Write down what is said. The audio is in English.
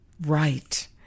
right